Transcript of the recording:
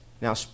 Now